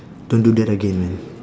don't do that again man